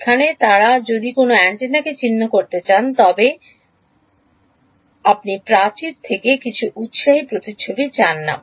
যেখানে তারা যদি কোনও অ্যান্টেনাকে চিহ্নিত করতে চান তবে আপনি প্রাচীর থেকে কিছু উত্সাহী প্রতিচ্ছবি চান না